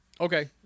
Okay